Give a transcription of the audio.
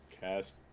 cast